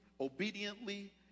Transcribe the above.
obediently